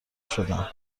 شدند